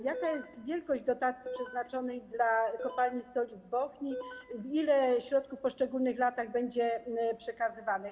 Jaka jest wielkość dotacji przeznaczonej dla Kopalni Soli Bochnia, ile środków w poszczególnych latach będzie przekazywanych?